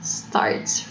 starts